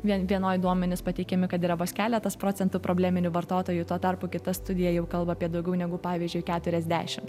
vienoj duomenys pateikiami kad yra vos keletas procentų probleminių vartotojų tuo tarpu kita studija jau kalba apie daugiau negu pavyzdžiui keturiasdešim